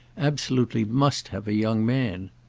absolutely must have a young man.